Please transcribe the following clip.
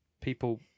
People